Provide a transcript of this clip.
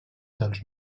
dels